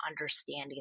understanding